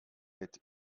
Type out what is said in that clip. est